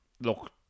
Look